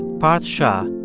parth shah,